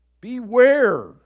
beware